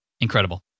Incredible